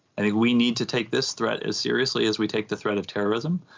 and like we need to take this threat as seriously as we take the threat of terrorism.